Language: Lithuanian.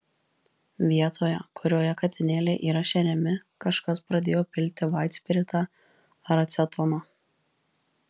vietoje kurioje katinėliai yra šeriami kažkas pradėjo pilti vaitspiritą ar acetoną